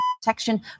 protection